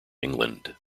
england